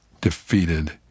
defeated